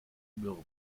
mürbe